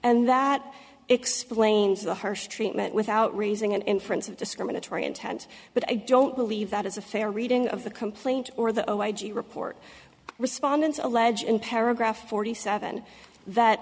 and that explains the harsh treatment without raising an inference of discriminatory intent but i don't believe that is a fair reading of the complaint or the i g report respondents allege in paragraph forty seven that